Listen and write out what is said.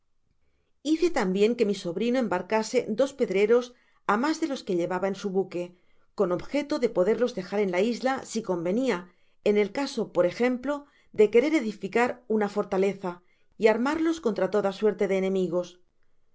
hice tambien que mi sobrino embarcase dos pedreros á mas de los que llevaba en su buque con objeto de poderlos dejar en la isla si cenvenia en el caso por ejemplo de querer edificar una fortaleza y armarlos contra toda suerte de enemigos